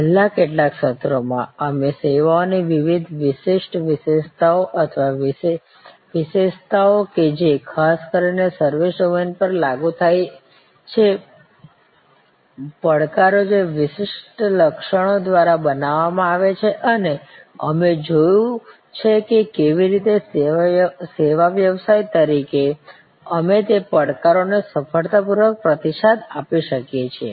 છેલ્લા કેટલાક સત્રોમાં અમે સેવાઓની વિવિધ વિશિષ્ટ વિશેષતાઓ અથવા વિશેષતાઓ કે જે ખાસ કરીને સર્વિસ ડોમેન પર લાગુ થાય છે પડકારો જે વિશિષ્ટ લક્ષણો દ્વારા બનાવવામાં આવે છે અને અમે જોયું છે કે કેવી રીતે સેવા વ્યવસાય તરીકે અમે તે પડકારોનો સફળતાપૂર્વક પ્રતિસાદ આપી શકીએ છીએ